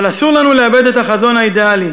אבל אסור לנו לאבד את החזון האידיאלי.